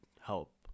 help